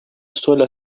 sola